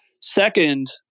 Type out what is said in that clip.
Second